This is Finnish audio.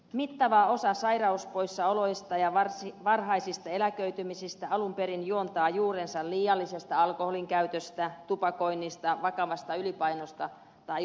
mittava osa sairauspoissaoloista ja varhaisista eläköitymisistä alun perin juontaa juurensa liiallisesta alkoholinkäytöstä tupakoinnista vakavasta ylipainosta tai uupumuksesta